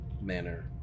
manner